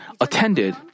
attended